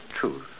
truth